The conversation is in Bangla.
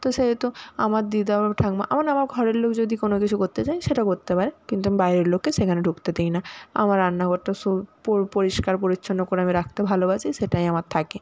তো সেহেতু আমার দিদা ও ঠাক্মা আমার না আমার ঘরের লোক যদি কোনও কিছু করতে চায় সেটা করতে পারে কিন্তু আমি বাইরের লোককে সেখানে ঢুকতে দিই না আমার রান্নাঘরটা পুরো পরিষ্কার পরিচ্ছন্ন করে আমি রাখতে ভালোবাসি সেটাই আমার থাকে